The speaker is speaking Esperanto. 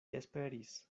esperis